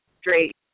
straight